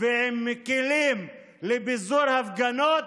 ועם כלים לפיזור הפגנות,